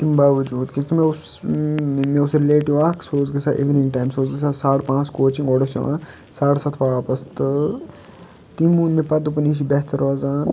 امہِ باوٚوجٗود مےٚ اوس رِلیٹِو اَکھ سُہ اوس گژھان اِونٛنگ ٹایمہٕ سُہ اوس گژھان ساڈٕ پانٛژھ کوچِنگ اورٕ اوس یِوان ساڈٕ سَتھ واپس تہٕ تٔمۍ ووٚن مےٚ پَتہٕ دوٚپُن یہِ چھِ بہتر روزان